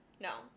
No